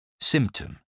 symptom